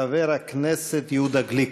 חבר הכנסת יהודה גליק.